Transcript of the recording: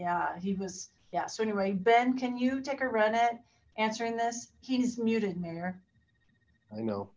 yeah he was yeah so anyway ben can you take a run it answering this he's muted there i know